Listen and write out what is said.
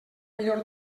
millor